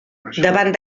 davant